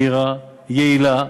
מהירה, יעילה,